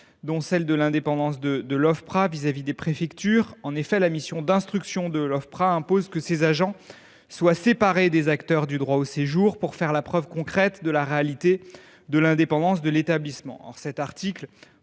dont celle de l’indépendance de l’Ofpra à l’égard des préfectures. La mission d’instruction de l’Ofpra impose que ses agents soient séparés des autres acteurs du droit au séjour pour faire la preuve concrète de la réalité de l’indépendance de l’établissement.